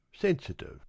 sensitive